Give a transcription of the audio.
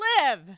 live